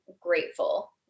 grateful